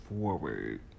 forward